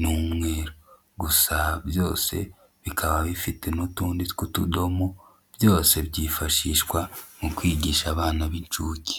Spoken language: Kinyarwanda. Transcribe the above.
n'umweru, gusa byose bikaba bifite n'utundi tw'utudomo, byose byifashishwa mu kwigisha abana b'inshuke.